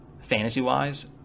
fantasy-wise